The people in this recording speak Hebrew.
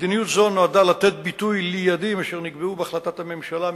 מדיניות זו נועדה לתת ביטוי ליעדים אשר נקבעו בהחלטת הממשלה מס'